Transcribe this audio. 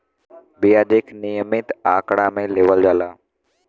बियाज एक नियमित आंकड़ा मे लेवल जाला